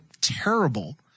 terrible